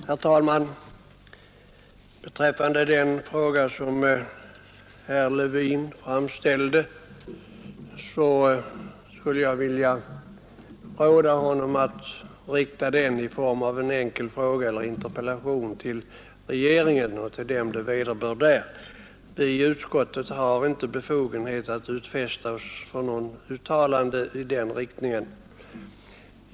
Herr talman! Beträffande den fråga som herr Levin framställde skulle jag vilja ge det rådet att han riktar den i form av en enkel fråga eller interpellation till den det vederbör i regeringen. Vi i utskottet har inte befogenhet att utfästa oss för någonting i den riktningen.